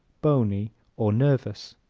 bony or nervous.